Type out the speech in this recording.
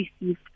received